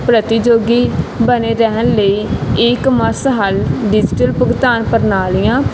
ਪ੍ਰਤੀਯੋਗੀ ਬਣੇ ਰਹਿਣ ਲਈ ਈਕਮਸ ਹਲ ਡਿਜੀਟਲ ਭੁਗਤਾਨ ਪ੍ਰਣਾਲੀਆਂ